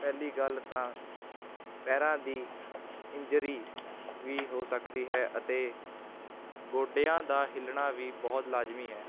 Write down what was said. ਪਹਿਲੀ ਗੱਲ ਤਾਂ ਪੈਰਾਂ ਦੀ ਇੰਜਰੀ ਵੀ ਹੋ ਸਕਦੀ ਹੈ ਅਤੇ ਗੋਡਿਆਂ ਦਾ ਹਿੱਲਣਾ ਵੀ ਬਹੁਤ ਲਾਜ਼ਮੀ ਹੈ